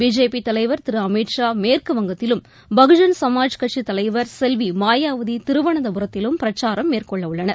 பிஜேபிதலைவர் திருஅமித் ஷா மேற்கு வங்கத்திலும் பகுஜன் சமாஜ் கட்சிதலைவர் செல்விமாயாவதிதிருவனந்தபுரத்திலும் பிரச்சாரம் மேற்கொள்ளவுள்ளனர்